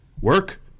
Work